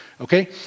okay